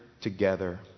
together